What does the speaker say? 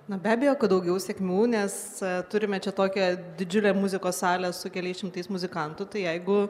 na be abejo kad daugiau sėkmių nes turime čia tokia didžiulė muzikos salė su keliais šimtais muzikantų tai jeigu